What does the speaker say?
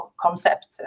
concept